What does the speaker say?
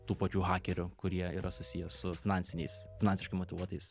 tų pačių hakerių kurie yra susiję su finansiniais finansiškai motyvuotais